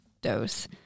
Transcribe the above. dose